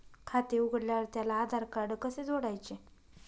खाते उघडल्यावर त्याला आधारकार्ड कसे जोडायचे?